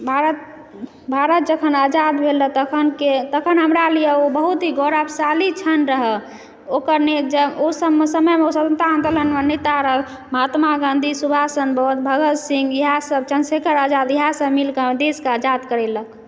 भारत भारत जखन आजाद भेल रहय तखन के तखन हमरा लिए ओ बहुत ही गौरवशाली क्षण रहय ओकर ओ समयमे स्वतन्त्रता आन्दोलनमे नेता रहय महात्मा गाँधी सुभाषचन्द्र बोस भगत सिंह इएहसभ चंद्रशेखर आजाद इएहसभ मिलके देशकऽ आजाद करेलक